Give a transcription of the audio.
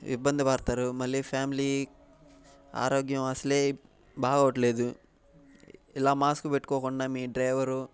ఇబ్బంది పడతారు మళ్ళీ ఫ్యామిలీ ఆరోగ్యం అసలు బాగోట్లేదు ఇలా మాస్క్ పెట్టుకోకుండా మీ డ్రైవరు